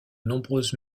nombreuses